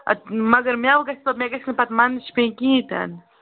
اَدٕ مگر میٚو گژھِ پَتہٕ مےٚ گژھِ نہٕ پَتہٕ مَنٛدَچھ پیٚنۍ کِہیٖنۍ تِنہٕ